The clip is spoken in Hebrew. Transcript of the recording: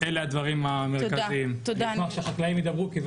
אלה הדברים המרכזיים, ואני אשמח שהחקלאים ידברו.